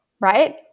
right